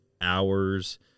hours